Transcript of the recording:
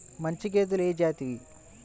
మంచి గేదెలు ఏ జాతివి?